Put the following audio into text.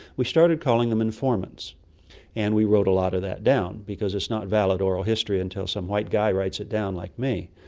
we started calling them informants and we wrote a lot of that down because it's not valid oral history until some white guy writes it down like me.